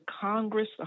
Congress